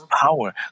power